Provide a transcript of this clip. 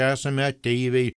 esame ateiviai